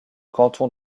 canton